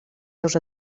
seus